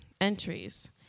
entries